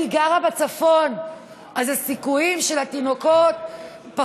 אני גרה בצפון והסיכויים של התינוקות לחיות,